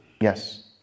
Yes